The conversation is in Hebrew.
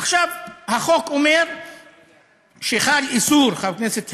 עכשיו, החוק אומר שחל איסור, חבר הכנסת הרצוג,